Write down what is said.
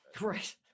Right